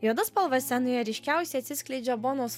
juoda spalva scenoje ryškiausiai atsiskleidžia bonos